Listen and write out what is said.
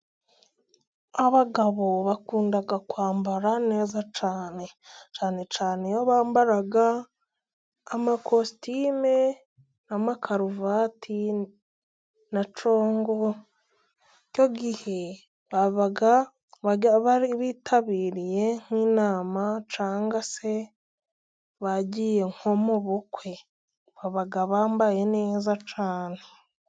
Abagabo bakunda kwambara neza cyane. Cyane cyane iyo bambara amakositime, n'amakaruvati, na congo, icyo gihe baba bitabiriye nk'inama, cyangwa se bagiye nko mu bukwe. Baba bambaye neza cyane.